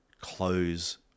close